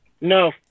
no